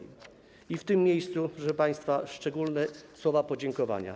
I w tym miejscu, proszę państwa, szczególne słowa podziękowania.